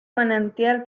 manantial